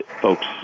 folks